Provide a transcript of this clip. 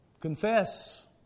Confess